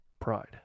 Pride